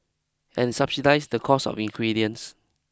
and subsidise the cost of ingredients